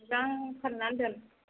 मोजां फोराननानै दोन